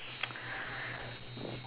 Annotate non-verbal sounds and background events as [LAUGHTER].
[NOISE]